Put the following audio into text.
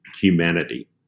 humanity